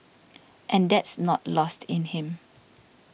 and that's not lost in him